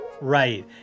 right